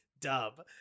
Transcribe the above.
dub